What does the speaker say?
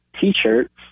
T-shirts